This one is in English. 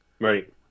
right